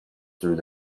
through